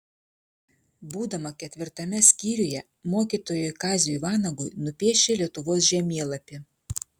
būdama ketvirtame skyriuje mokytojui kaziui vanagui nupiešė lietuvos žemėlapį